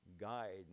Guide